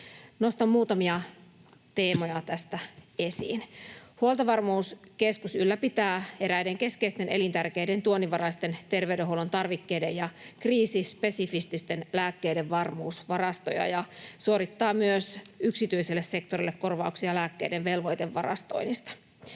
Nostan muutamia teemoja tästä esiin. Huoltovarmuuskeskus ylläpitää eräiden keskeisten, elintärkeiden tuonninvaraisten terveydenhuollon tarvikkeiden ja kriisispesifististen lääkkeiden varmuusvarastoja ja suorittaa myös yksityiselle sektorille korvauksia lääkkeiden velvoitevarastoinnista.